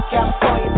California